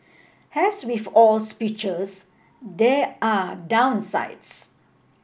as with all speeches there are downsides